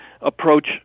approach